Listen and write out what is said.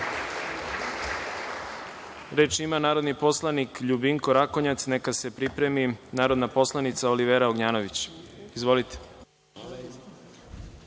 ima narodni poslanik Ljubinko Rakonjac, a neka se pripremi narodna poslanica Olivera Ognjanović. **Ljubinko